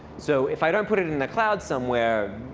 so if i don't put it in the cloud somewhere,